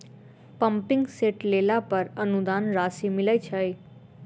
Pumping set लेला पर अनुदान राशि मिलय छैय?